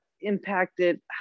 impacted